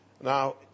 Now